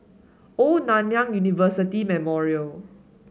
Old Nanyang University Memorial